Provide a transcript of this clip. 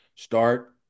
start